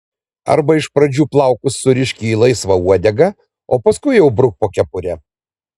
arba iš pradžių plaukus surišk į laisvą uodegą o paskui jau bruk po kepure